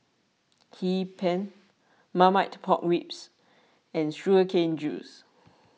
Hee Pan Marmite Pork Ribs and Sugar Cane Juice